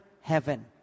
heaven